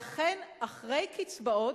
ואכן, אחרי קצבאות,